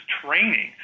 training